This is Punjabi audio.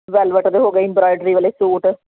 ਵੈਲਵਟ ਅਤੇ ਹੋ ਗਈ ਅਬੋਰਾਈਡਰੀ ਵਾਲੇ ਸੂਟ